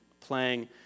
playing